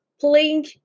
playing